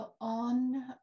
on